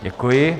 Děkuji.